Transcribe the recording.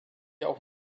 auch